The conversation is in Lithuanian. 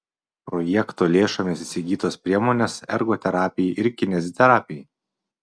projekto lėšomis įsigytos priemonės ergoterapijai ir kineziterapijai